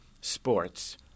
sports